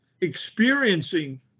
experiencing